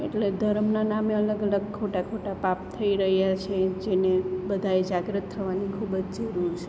એટલે ધરમના નામે અલગ અલગ ખોટા ખોટા પાપ થઈ રહ્યા છે જેને બધાએ જાગૃત થવાની ખૂબ જ જરૂર છે